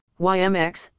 YMX